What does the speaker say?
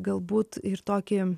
galbūt ir tokį